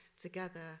together